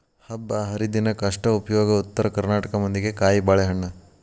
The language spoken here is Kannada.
ಹಬ್ಬಾಹರಿದಿನಕ್ಕ ಅಷ್ಟ ಉಪಯೋಗ ಉತ್ತರ ಕರ್ನಾಟಕ ಮಂದಿಗೆ ಕಾಯಿಬಾಳೇಹಣ್ಣ